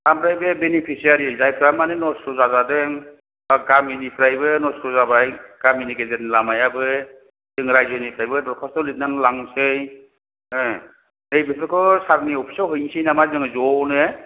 ओमफ्राय बे बेनिफिसियारि जायफोरा माने नस्थ' जाजादों बा गामिनिफ्रायबो नस्थ' जाबाय गामिनि गेजेरनि लामायाबो जों रायजोनिफ्राय दरखास्त' लिरनानै लांनोसै हो नै बेफोरखौ सारनि अफिसाव हैनोसै नामा जोङो ज'नो